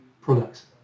products